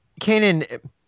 Kanan